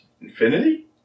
infinity